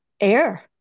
Air